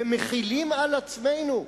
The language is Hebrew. ומחילים על עצמנו,